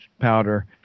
powder